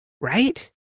right